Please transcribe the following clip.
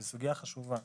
זו סוגיה חשובה.